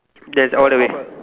that's all the way